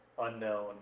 unknown